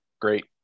great